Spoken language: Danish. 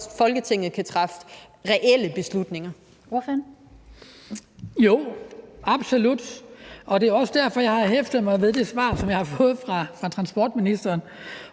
Kl. 19:11 Hans Kristian Skibby (DF): Jo, absolut. Det er også derfor, jeg har hæftet mig ved det svar, som jeg har fået fra transportministeren,